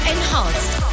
Enhanced